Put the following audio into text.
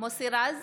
מוסי רז,